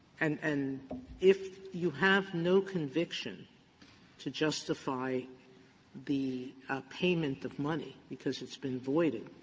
and and if you have no conviction to justify the a payment of money because it's been voided,